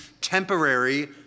temporary